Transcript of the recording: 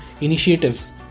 initiatives